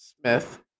Smith